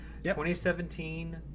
2017